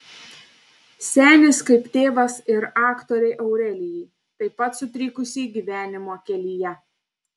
senis kaip tėvas ir aktorei aurelijai taip pat sutrikusiai gyvenimo kelyje